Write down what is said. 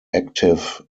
active